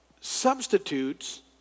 substitutes